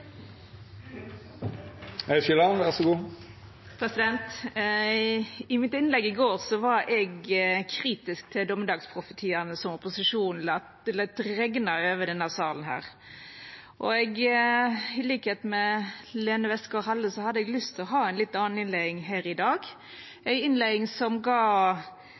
I mitt innlegg i går var eg kritisk til dommedagsprofetiane som opposisjonen let regna over denne salen. I likskap med Lene Westgaard-Halle hadde eg lyst til å ha ei litt anna innleiing her i dag – ei innleiing som gav